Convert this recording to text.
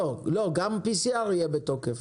לא, גם PCR יהיה בתוקף.